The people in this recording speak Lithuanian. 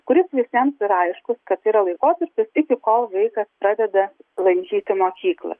kuris visiems yra aiškus kad yra laikotarpis iki kol vaikas pradeda lankyti mokyklas